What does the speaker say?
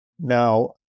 now